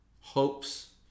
hopes